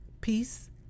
peace